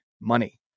money